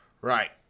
Right